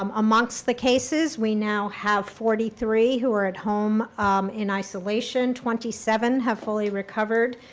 um amongst the cases we now have forty three who are at home in isolation. twenty seven have fully recovered.